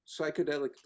psychedelic